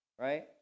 Right